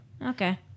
okay